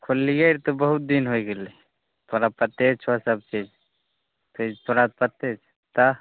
खोललियै रऽ तऽ बहुत दिन हो गेलै तोरा पते छौ सभचीज फिर तोरा पते छौ तऽ